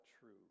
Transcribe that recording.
true